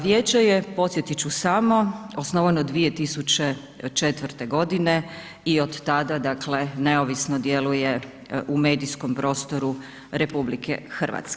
Vijeće je, podsjetiti ću samo, osnovano 2004. g. i od tada dakle, neovisno djeluje u medijskom prostoru RH.